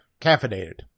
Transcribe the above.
Caffeinated